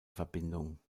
verbindung